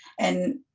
and